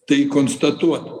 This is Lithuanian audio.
tai konstatuotų